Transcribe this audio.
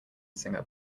singer